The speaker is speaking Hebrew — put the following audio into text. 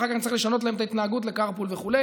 ואחר כך נצטרך לשנות להם את ההתנהגות לקארפול וכו'?